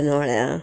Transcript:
नोळ्या